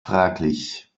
fraglich